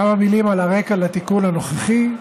כמה מילים על הרקע לתיקון הנוכחי: